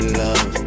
love